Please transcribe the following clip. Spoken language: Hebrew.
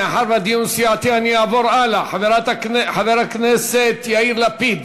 מאחר שהדיון סיעתי אני אעבור הלאה: חבר הכנסת יאיר לפיד,